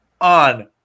on